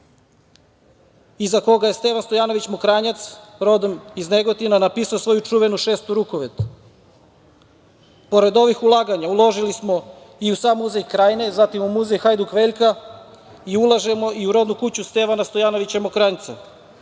za koga je Stevan Stojanović Mokranjac, rodom iz Negotina, napisao svoju čuvenu „Šestu rukovet“.Pored ovih ulaganja, uložili smo i u sam Muzej Krajine, zatim, u Muzej Hajduk Veljka i ulažemo i u rodnu kuću Stevana Stojanovića Mokranjca,